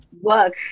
work